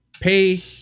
pay